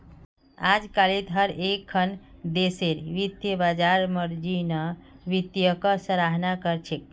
अजकालित हर एकखन देशेर वित्तीय बाजार मार्जिन वित्तक सराहा कर छेक